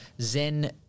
zen